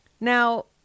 Now